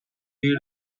hill